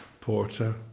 porter